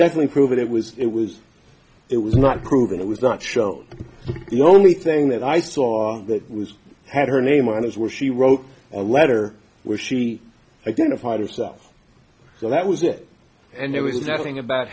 doesn't prove it was it was it was not proven it was not shown the only thing that i saw that was had her name on is where she wrote a letter where she identified herself so that was it and there was nothing about